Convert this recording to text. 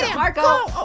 ah marco,